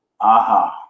Aha